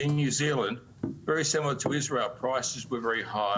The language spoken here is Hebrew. בניו זילנד כמו בישראל המחירים היו גבוהים מאוד,